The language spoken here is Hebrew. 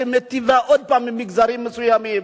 שמיטיבה עוד פעם עם מגזרים מסוימים.